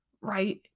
right